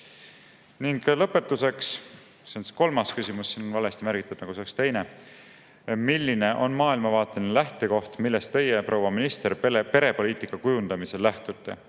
Ning lõpetuseks, see on siis kolmas küsimus – siin on valesti märgitud, nagu see oleks teine –, milline on maailmavaateline lähtekoht, millest teie, proua minister, perepoliitika kujundamisel lähtute.